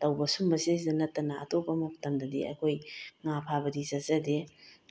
ꯇꯧꯕ ꯁꯨꯒꯨꯁꯤꯗ ꯅꯠꯇꯅ ꯑꯇꯣꯞꯄ ꯃꯇꯝꯗꯗꯤ ꯑꯩꯈꯣꯏ ꯉꯥ ꯐꯥꯕꯗꯤ ꯆꯠꯆꯗꯦ